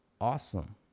awesome